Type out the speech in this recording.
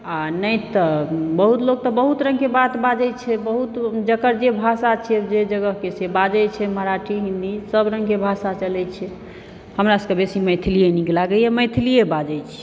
आ नहि तऽ बहुत लोक तऽ बहुत रंग के बात बाजे छै बहुत जेकर जे भाषा छै जे जगहके छै से बाजे छै मराठी हिन्दी सब रंगके भाषा चलै छै हमरासभ के बेसी मैथिली नीक लागैया मैथलिए बाजै छी